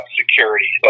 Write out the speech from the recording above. security